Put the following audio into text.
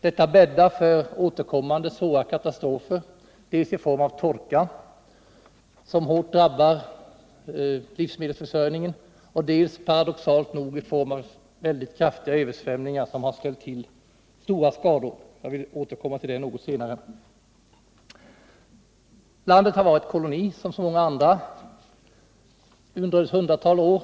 Detta bäddar för återkommande svåra katastrofer dels i form av torka som hårt drabbar livsmedelsförsörjningen, dels paradoxalt nog i form av väldigt kraftiga översvämningar som har ställt till stora skador. Jag skall senare återkomma till det. Landet har varit koloni, som så många andra, under ett hundratal år.